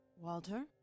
Walter